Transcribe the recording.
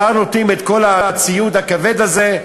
כבר נותנים את כל הציוד הכבד הזה,